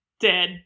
dead